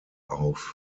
auf